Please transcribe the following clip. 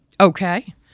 Okay